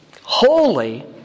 holy